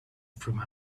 from